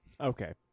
Okay